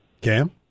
Cam